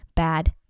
bad